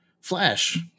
Flash